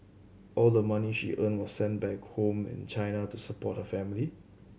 all the money she earned was sent back home in China to support her family